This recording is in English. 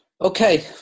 Okay